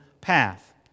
path